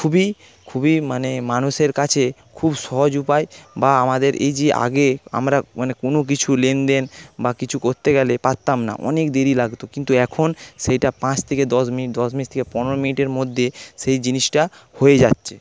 খুবই খুবই মানে মানুষের কাছে খুব সহজ উপায়ে বা আমাদের এই যে আগে আমরা মানে কোনো কিছু লেনদেন বা কিছু করতে গেলে পারতাম না অনেক দেরি লাগতো কিন্তু এখন সেইটা পাঁচ থেকে দশ মিনিট দশ মিনিট থেকে পনেরো মিনিটের মধ্যে সেই জিনিসটা হয়ে যাচ্ছে